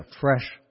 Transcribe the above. fresh